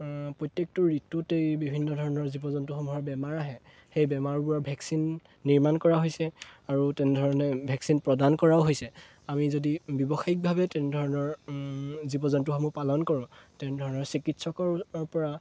প্ৰত্যেকটো ঋতুতে বিভিন্ন ধৰণৰ জীৱ জন্তুসমূহৰ বেমাৰ আহে সেই বেমাৰবোৰৰ ভেকচিন নিৰ্মাণ কৰা হৈছে আৰু তেনেধৰণে ভেকচিন প্ৰদান কৰাও হৈছে আমি যদি ব্যৱসায়িকভাৱে তেনেধৰণৰ জীৱ জন্তুসমূহ পালন কৰোঁ তেনেধৰণৰ চিকিৎসকৰ পৰা